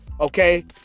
Okay